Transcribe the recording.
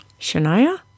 Shania